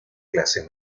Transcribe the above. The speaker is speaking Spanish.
clase